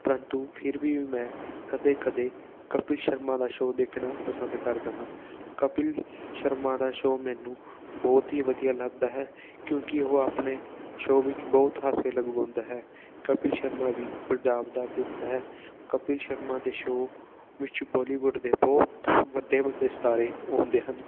ਪ੍ਰੰਤੂ ਫਿਰ ਵੀ ਮੈਂ ਕਦੇ ਕਦੇ ਕਪਿਲ ਸ਼ਰਮਾ ਦਾ ਸ਼ੋਅ ਦੇਖਣਾ ਪਸੰਦ ਕਰਦਾ ਹਾਂ ਕਪਿਲ ਸ਼ਰਮਾ ਦਾ ਸ਼ੋਅ ਮੈਨੂੰ ਬਹੁਤ ਹੀ ਵਧੀਆ ਲੱਗਦਾ ਹੈ ਕਿਉਂਕਿ ਉਹ ਆਪਣੇ ਸ਼ੋਅ ਵਿੱਚ ਬਹੁਤ ਹਾਸੇ ਲਗਵਾਉਂਦਾ ਹੈ ਕਪਿਲ ਸ਼ਰਮਾ ਵੀ ਪੰਜਾਬ ਦਾ ਪੁੱਤ ਹੈ ਕਪਿਲ ਸ਼ਰਮਾ ਦੇ ਸ਼ੋਅ ਵਿੱਚ ਬੋਲੀਵੁੱਡ ਦੇ ਬਹੁਤ ਵੱਡੇ ਵੱਡੇ ਸਿਤਾਰੇ ਆਉਂਦੇ ਹਨ